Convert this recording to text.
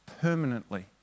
permanently